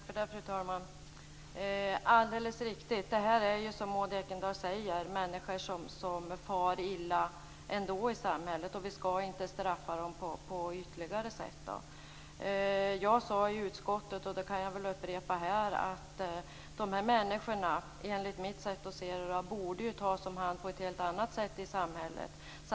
Fru talman! Det är alldeles riktigt. Det är, som Maud Ekendahl säger, människor som ändå far illa i samhället. Vi skall inte straffa dem ytterligare. Jag sade i utskottet, och det kan jag upprepa här, att dessa människor enligt mitt sätt att se det borde tas om hand på ett helt annat sätt i samhället.